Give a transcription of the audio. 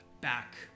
back